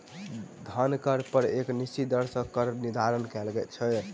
धन कर पर एक निश्चित दर सॅ कर निर्धारण कयल छै